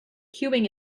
queuing